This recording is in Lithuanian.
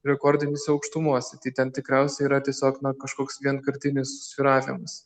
rekordinėse aukštumose tai ten tikriausiai yra tiesiog na kažkoks vienkartinis svyravimas